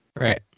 Right